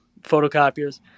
photocopiers